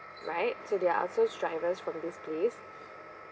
right so they are outsourced drivers from this place